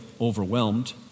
overwhelmed